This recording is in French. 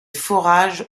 forages